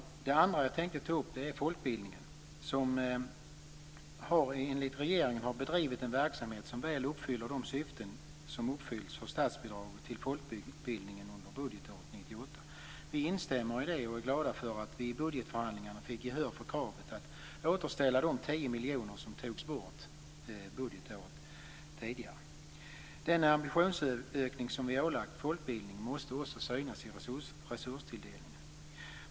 Det andra jag vill ta upp är folkbildningen, som enligt regeringen har bedrivit en verksamhet som väl uppfyllt de krav som ställts för statsbidrag till folkbildningen under budgetåret 1998. Vi instämmer i detta och är glada för att vi i budgetförhandlingarna fick gehör för kravet att återställa de 10 Den ambitionsökning som vi har ålagt folkbildningen måste också synas i resurstilldelningen.